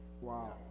Wow